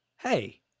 hey